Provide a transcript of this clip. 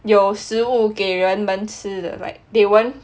有食物给人们吃 right they won't